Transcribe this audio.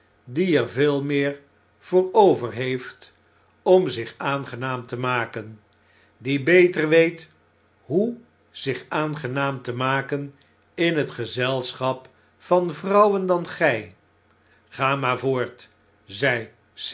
die er veel meer voor overheeft om zich aangenaam te maken die beter weet hoe zich aangenaam te maken in het gezelschap van vrouwen dan gjj b ga maar voort